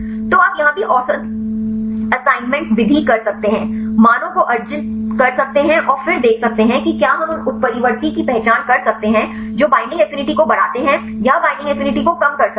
तो आप यहाँ भी औसत असाइनमेंट विधि कर सकते हैं मानों को आर्जिन कर सकते हैं और फिर देख सकते हैं कि क्या हम उन उत्परिवर्ती की पहचान कर सकते हैं जो बईंडिंग एफिनिटी को बढ़ाते हैं या बईंडिंग एफिनिटी को कम कर सकते हैं